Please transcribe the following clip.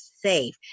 safe